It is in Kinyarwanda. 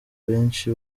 abenshi